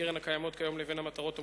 הקרן הקיימות כיום לבין המטרות המוצעות,